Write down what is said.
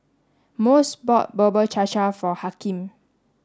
Mose bought Bubur Cha Cha for Hakeem